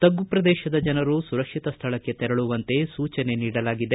ತಗ್ಗು ಪ್ರದೇಶದ ಜನರು ಸುರಕ್ಷಿತ ಸ್ಥಳಕ್ಕೆ ತೆರಳುವಂತೆ ಸೂಚನೆ ನೀಡಲಾಗಿದೆ